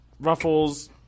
Ruffles